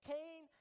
Cain